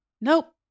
Nope